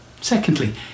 Secondly